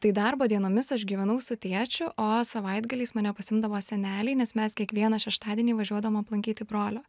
tai darbo dienomis aš gyvenau su tėčiu o savaitgaliais mane pasiimdavo seneliai nes mes kiekvieną šeštadienį važiuodavom aplankyti brolio